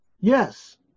yes